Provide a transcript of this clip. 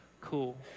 cool